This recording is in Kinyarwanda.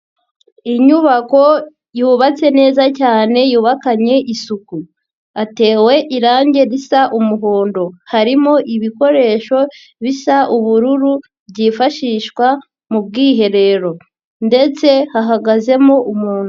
Inyubako yubatse neza cyane yubakanye isuku, atewe irangi risa umuhondo, harimo ibikoresho bisa ubururu byifashishwa mu bwiherero, ndetse hahagazemo umuntu.